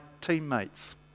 teammates